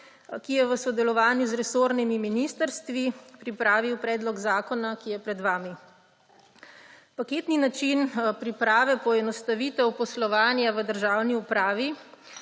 ki je v sodelovanju z resornimi ministrstvi pripravil predlog zakona, ki je pred vami. Paketni način priprave poenostavitev poslovanja v državni upravi,